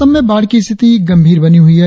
असम में बाढ़ की स्थिति गंभीर बनी हुई है